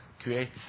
create